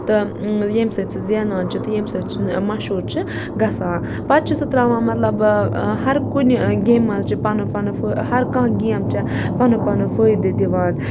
ییٚمہِ سۭتۍ سُہ زینان چھُ تہٕ ییٚمہِ سۭتۍ سُہ مشہور چھُ گَژھان پَتہٕ چھُ سُہ تراوان مطلب ہَر کُنہِ گیمہِ مَنٛز چھُ پَنُن پَنُن فٲیدٕ ہَر کانٛہہ گیم چھے پَنُن پَنُن فٲیدٕ دِوان